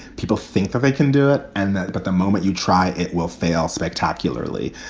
people think that they can do it and that. but the moment you try, it will fail spectacularly.